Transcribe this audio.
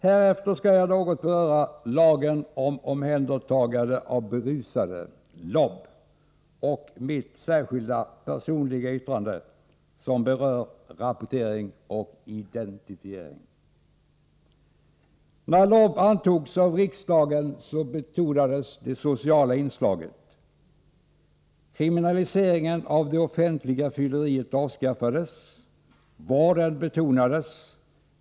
Härefter skall jag något beröra lagen om omhändertagande av berusade — LOB - och mitt särskilda personliga yttrande, som berör rapportering och identifiering. När LOB antogs av riksdagen betonades det sociala inslaget. Kriminaliseringen av det offentliga fylleriet avskaffades. Vården betonades.